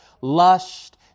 lust